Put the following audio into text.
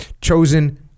chosen